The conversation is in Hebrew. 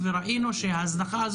ראינו את ההזנחה,